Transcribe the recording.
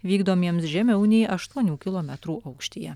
vykdomiems žemiau nei aštuonių kilometrų aukštyje